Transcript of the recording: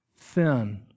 thin